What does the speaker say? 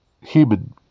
human